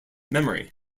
memory